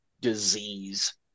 disease